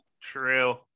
true